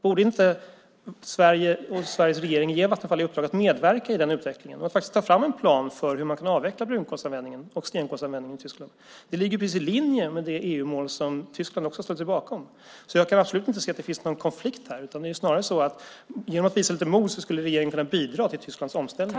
Borde inte Sveriges regering ge Vattenfall i uppdrag att medverka i den utvecklingen och faktiskt ta fram en plan för hur man kan avveckla brunkolsanvändningen och stenkolsanvändningen i Tyskland? Det ligger precis i linje med det EU-mål som Tyskland också har ställt sig bakom. Jag kan därför absolut inte se att det finns någon konflikt här. Det är snarare så att regeringen genom att visa lite mod skulle kunna bidra till Tysklands omställning.